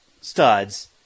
studs